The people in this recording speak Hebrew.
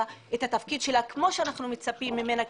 את התפקיד שלה כמו שאנחנו מצפים ממנה,